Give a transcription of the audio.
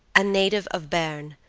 a native of berne,